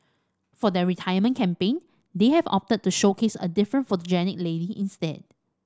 for their retirement campaign they have opted to showcase a different photogenic lady instead